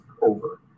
over